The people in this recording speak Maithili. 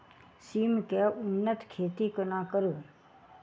सिम केँ उन्नत खेती कोना करू?